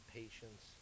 patience